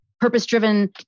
purpose-driven